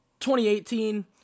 2018